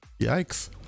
yikes